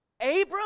Abram